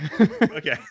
Okay